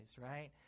right